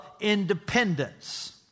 independence